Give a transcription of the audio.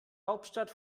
hauptstadt